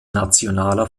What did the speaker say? nationaler